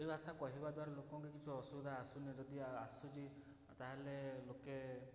ହିନ୍ଦୀ ଭାଷା କହିବା ଦ୍ବାରା ଲୋକଙ୍କ କିଛି ଅସୁବିଧା ଆସୁନି ଯଦି ଆସୁଛି ତାହାଲେ ଲୋକେ